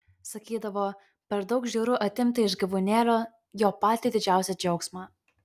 sakydavo per daug žiauru atimti iš gyvūnėlio jo patį didžiausią džiaugsmą